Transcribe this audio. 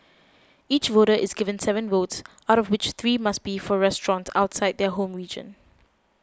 each voter is given seven votes out of which three must be for restaurants outside their home region